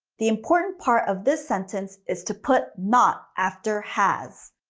the important part of this sentence is to put not after has.